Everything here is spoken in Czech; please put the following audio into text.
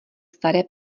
staré